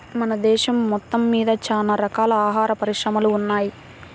మన దేశం మొత్తమ్మీద చానా రకాల ఆహార పరిశ్రమలు ఉన్నయ్